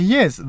Yes